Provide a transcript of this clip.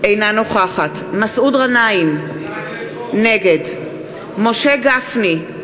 אינה נוכחת מסעוד גנאים, נגד משה גפני,